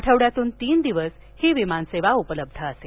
आठवड्यातून तीन दिवस ही विमान सेवा उपलब्ध असेल